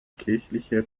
kirchliche